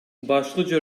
başlıca